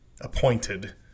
appointed